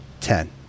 Ten